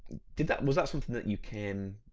did that, was that something that you came,